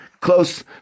close